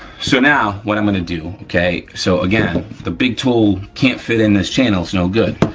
so now what i'm gonna do. okay, so again the big tool can't fit in this channel, it's no good.